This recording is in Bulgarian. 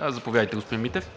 Заповядайте, господин Митев.